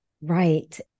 Right